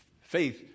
faith